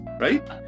right